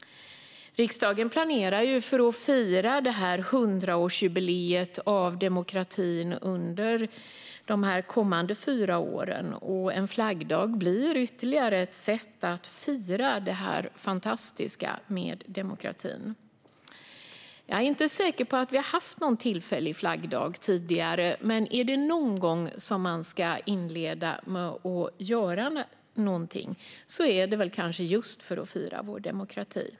Riksdagen planerar ju att fira demokratins 100-årsjubileum under de kommande fyra åren, och en flaggdag blir ytterligare ett sätt att fira det fantastiska med demokratin. Jag är inte säker på att vi har haft någon tillfällig flaggdag tidigare, men om det är någon gång som man ska sätta igång med att göra någonting är det väl just för att fira vår demokrati.